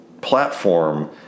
platform